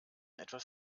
etwas